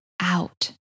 out